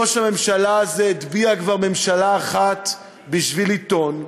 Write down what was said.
ראש הממשלה הזה הטביע כבר ממשלה אחת בשביל עיתון,